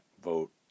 vote